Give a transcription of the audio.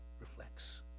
reflects